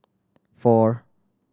four